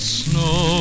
snow